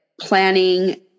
planning